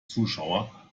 zuschauer